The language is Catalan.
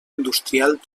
industrial